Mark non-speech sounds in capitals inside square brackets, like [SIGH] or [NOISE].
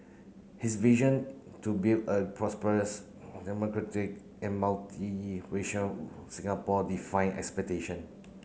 his vision to build a prosperous [UNINTELLIGIBLE] and multiracial Singapore defied expectation